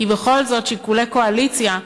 כי בכל זאת שיקולי קואליציה,